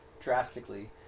drastically